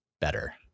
better